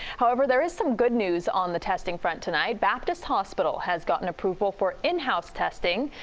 however, there is some good news on the testing front tonight. baptist hospital has gotten approved for for in-house testing.